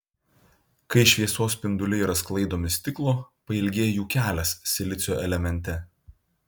kai šviesos spinduliai yra sklaidomi stiklo pailgėja jų kelias silicio elemente